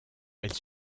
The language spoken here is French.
elle